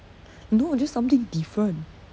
no just something different